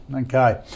Okay